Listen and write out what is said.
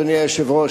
אדוני היושב-ראש,